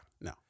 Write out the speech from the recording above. No